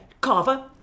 Carver